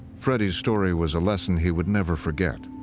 freddy's story was a lesson he would never forget.